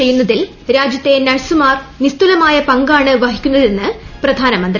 ചെയ്യുന്നതിൽ രാജ്യത്തെ നദ്ദ്സ്ുമാർ നിസ്തുലമായ പങ്കാണ് വഹിക്കുന്നതെന്ന് പ്രധാനമന്ത്രി